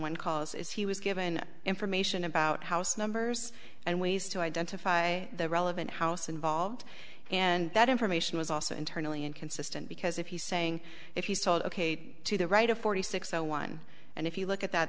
one calls is he was given information about house numbers and ways to identify the relevant house involved and that information was also internally inconsistent because if he's saying if he saw ok to the right of forty six zero one and if you look at that